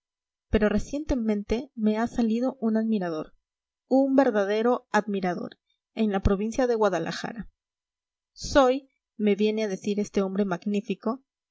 pero recientemente me ha salido un admirador un verdadero admirador en la provincia de guadalajara soy me viene a decir este hombre